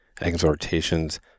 exhortations